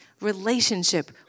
relationship